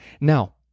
Now